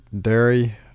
dairy